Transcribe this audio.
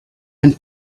and